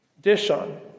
Dishon